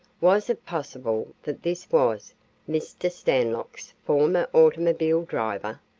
was it possible that this was mr. stanlock's former automobile driver?